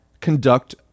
conduct